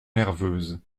nerveuse